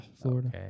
Florida